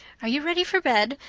are you ready for bed?